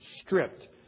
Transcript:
stripped